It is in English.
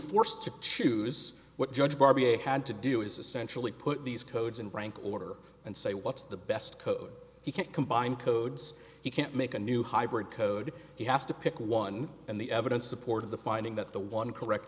forced to choose what judge bar b a had to do is essentially put these codes in rank order and say what's the best code you can't combine codes he can't make a new hybrid code he has to pick one and the evidence supported the finding that the one correct